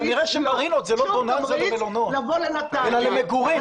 כנראה שמרינות הן לא בוננזה למלונות אלא למגורים.